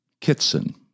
Kitson